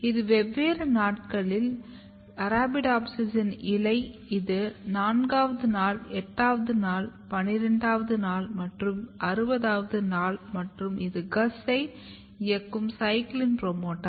இது வெவ்வேறு நாட்களில் அரபிடோப்சிஸ்ஸின் இலை இது 4வது நாள் 8வது நாள் 12வது மற்றும் 60வது நாள் மற்றும் இது GUS ஐ இயக்கும் CYCLIN புரோமோட்டார்